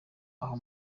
aho